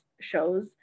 shows